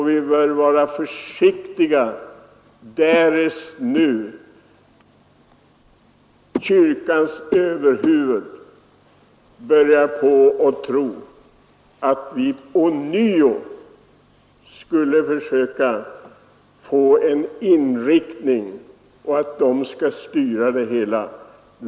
Vi bör vara försiktiga om nu kyrkans överhuvud börjar tro att vi ånyo skulle försöka få en sådan inriktning att det är från det hållet frågorna skall styras.